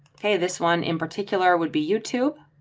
okay, this one in particular would be youtube.